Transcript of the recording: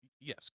yes